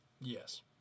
Yes